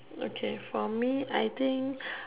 okay for me I think